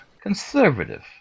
Conservative